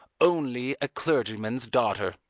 only a clergyman's daughter.